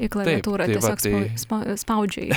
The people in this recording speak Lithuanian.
į klaviatūrą tiesiog spa spau spaudžioji